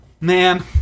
man